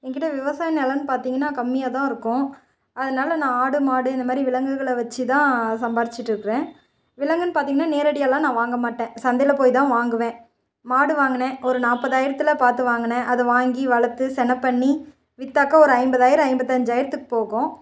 என்கிட்ட விவசாய நெலம்னு பார்த்திங்கன்னா கம்மியாகதான் இருக்கும் அதனால் நான் ஆடு மாடு இந்த மாதிரி விலங்குகளை வைச்சி தான் சம்பாதிச்சிட்டுருக்குறேன் விலங்குன்னு பார்த்திங்கன்னா நேரடியாகல்லாம் வாங்க மாட்டேன் சந்தையில் போய்தான் வாங்குவேன் மாடு வாங்கினேன் ஒரு நாற்பதாயிரத்துல பார்த்து வாங்கினேன் அதை வாங்கி வளர்த்து சினைப் பண்ணி விற்றாக்கா ஒரு ஐம்பதாயிரம் ஐம்பத்தஞ்சாயிரத்துக்கு போகும்